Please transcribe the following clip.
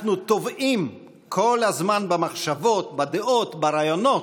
אנחנו טובעים כל הזמן במחשבות, בדעות, ברעיונות.